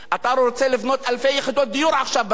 אתה רוצה לבנות אלפי יחידות דיור עכשיו בגדה.